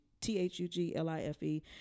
T-H-U-G-L-I-F-E